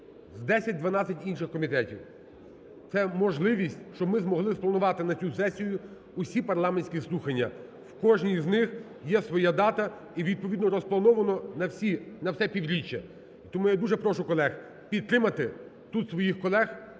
і 10-12 інших комітетів. Це можливість, щоб ми могли спланувати на цю сесію всі парламентські слухання. В кожній із них є своя дата і відповідно розплановано на все півріччя. Тому я дуже прошу колег підтримати тут своїх колег,